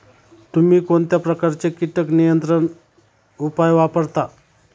तुम्ही कोणत्या प्रकारचे कीटक नियंत्रण उपाय वापरता?